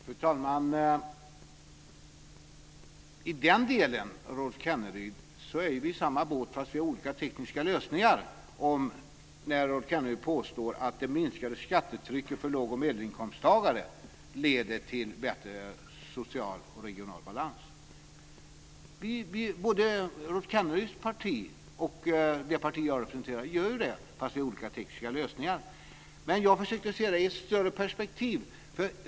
Fru talman! I den delen, Rolf Kenneryd, är vi i samma båt fast vi har olika tekniska lösningar, alltså när Rolf Kenneryd påstår att det minskade skattetrycket för låg och medelinkomsttagare leder till bättre social och regional balans. Både Rolf Kenneryds parti och det parti som jag representerar gör ju detta, fast vi har olika tekniska lösningar. Jag försökte se det i ett större perspektiv.